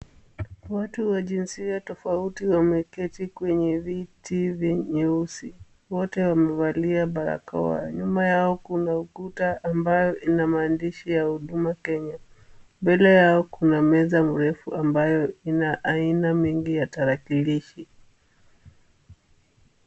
Watu wa jinsia tofauti wameketa kwenye viti nyeusi. Wote wamevalia barakoa. Nyuma yao kuna ukuta ambao ina maandishi ya Huduma Kenya. Mbele yao kuna meza mrefu ambayo ina aina mingi ya tarakilishi.